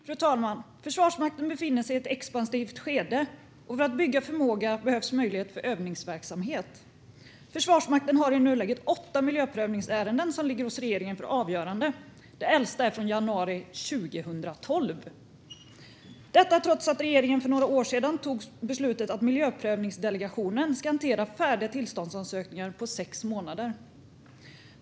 Fru talman! Försvarsmakten befinner sig i ett expansivt skede, och för att bygga förmåga behövs möjlighet för övningsverksamhet. Försvarsmakten har i nuläget åtta miljöprövningsärenden som ligger hos regeringen för avgörande, och det äldsta är från januari 2012 - detta trots att regeringen för några år sedan tog beslutet att miljöprövningsdelegationen ska hantera färdiga tillståndsansökningar på sex månader.